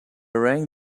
rang